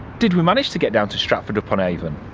did we manage to get down to stratford-upon-avon?